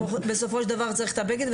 בסופו של דבר צריך את הבגד,